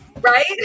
right